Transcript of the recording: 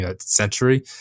century